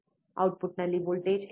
ಔಟ್ಪುಟ್ನಲ್ಲಿ ವೋಲ್ಟೇಜ್ ಎಷ್ಟು